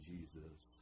Jesus